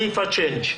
סעיף הצ'יינג'.